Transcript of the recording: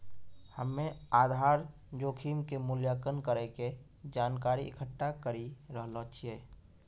हम्मेआधार जोखिम के मूल्यांकन करै के जानकारी इकट्ठा करी रहलो छिऐ